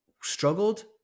struggled